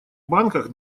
банках